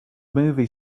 movie